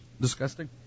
disgusting